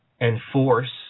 enforce